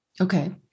okay